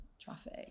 traffic